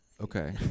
okay